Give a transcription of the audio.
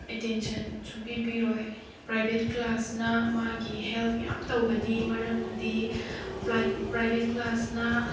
attention ꯁꯨꯡꯄꯤ ꯄꯤꯔꯣꯏ private ꯀ꯭ꯂꯥꯁꯅ ꯃꯥꯒꯤ ꯍꯦꯜꯞ ꯌꯥꯝ ꯇꯧꯒꯅꯤ ꯃꯔꯝꯗꯤ ꯄ꯭ꯔꯥꯏꯚꯦꯠ ꯀ꯭ꯂꯥꯁꯅ